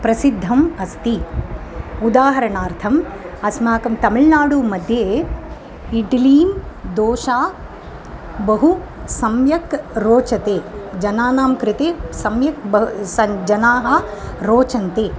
प्रसिद्धम् अस्ति उदाहरणार्थम् अस्माकं तमिळ्नाडुमध्ये इड्ली दोशा बहु सम्यक् रोचते जनानां कृते सम्यक् ब स जनाः रोचन्ते